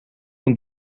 een